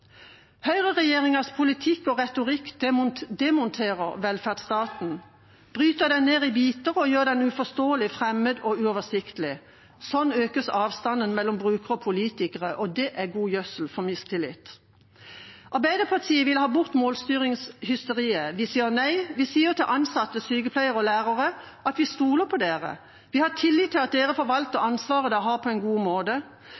Høyreregjeringas politikk og retorikk demonterer velferdsstaten, bryter den ned i biter og gjør den uforståelig, fremmed og uoversiktlig. Sånn økes avstanden mellom brukere og politikere, og det er god gjødsel for mistillit. Arbeiderpartiet vil ha bort målstyringshysteriet. Vi sier nei. Vi sier til ansatte, sykepleiere og lærere: Vi stoler på dere. Vi har tillit til at dere forvalter ansvaret dere har, på en god måte,